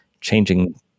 Changing